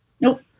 Nope